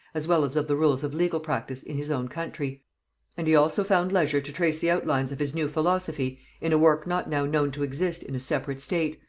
as well as of the rules of legal practice in his own country and he also found leisure to trace the outlines of his new philosophy in a work not now known to exist in a separate state,